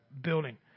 building